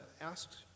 asked